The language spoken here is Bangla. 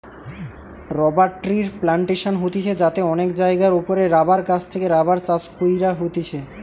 রবার ট্রির প্লানটেশন হতিছে যাতে অনেক জায়গার ওপরে রাবার গাছ থেকে রাবার চাষ কইরা হতিছে